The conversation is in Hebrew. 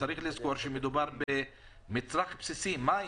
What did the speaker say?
צריך לזכור שמדובר במצרך בסיסי מים.